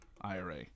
IRA